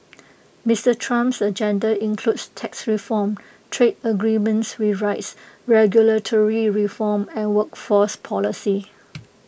Mister Trump's agenda includes tax reform trade agreement rewrites regulatory reform and workforce policy